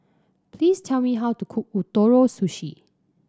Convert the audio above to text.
please tell me how to cook Ootoro Sushi